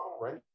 right